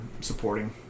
supporting